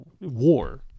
war